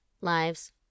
lives